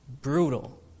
brutal